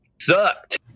Sucked